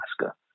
Alaska